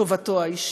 טובתו האישית.